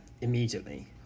immediately